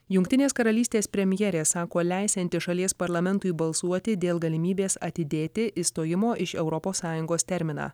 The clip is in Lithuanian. jungtinės karalystės premjerė sako leisianti šalies parlamentui balsuoti dėl galimybės atidėti išstojimo iš europos sąjungos terminą